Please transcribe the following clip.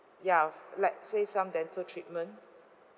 ya f~ let's say some dental treatment